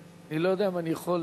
אני לא יודע אם אני יכול,